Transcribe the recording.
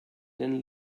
den